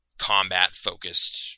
combat-focused